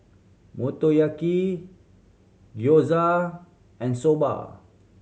Motoyaki Gyoza and Soba